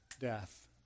death